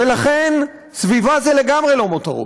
ולכן סביבה זה לגמרי לא מותרות.